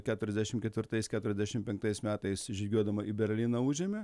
keturiasdešim ketvirtais keturiasdešim penktais metais žygiuodama į berlyną užėmė